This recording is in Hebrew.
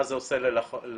מה זה עושה ללוחם,